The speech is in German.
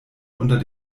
unter